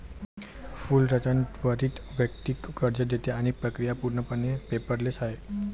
Fullerton त्वरित वैयक्तिक कर्ज देते आणि प्रक्रिया पूर्णपणे पेपरलेस आहे